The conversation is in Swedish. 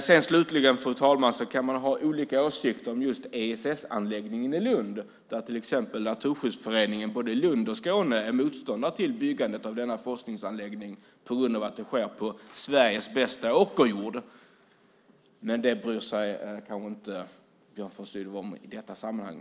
Slutligen, fru talman, kan man ha olika åsikter om just ESS-anläggningen i Lund där till exempel Naturskyddsföreningen både i Lund och Skåne är motståndare till byggandet av denna forskningsanläggning på grund av att det sker på Sveriges bästa åkerjord. Men det bryr sig kanske inte Björn von Sydow om i detta sammanhang.